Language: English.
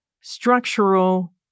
structural